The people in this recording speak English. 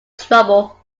trouble